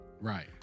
right